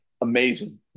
amazing